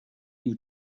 you